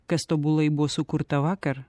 kas tobulai buvo sukurta vakar